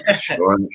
Sure